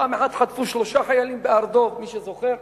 פעם אחת חטפו שלושה חיילים בהר-דב, מי שזוכר.